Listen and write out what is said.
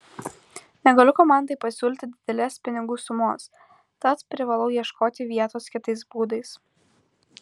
negaliu komandai pasiūlyti didelės pinigų sumos tad privalau ieškoti vietos kitais būdais